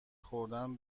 خوردن